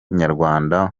nyarwanda